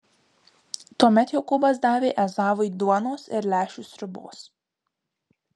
tuomet jokūbas davė ezavui duonos ir lęšių sriubos